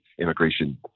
immigration